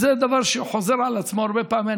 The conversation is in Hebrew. זה דבר שחוזר על עצמו הרבה פעמים,